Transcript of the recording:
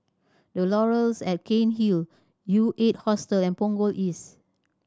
Laurels at Cairnhill U Eight Hostel and Punggol East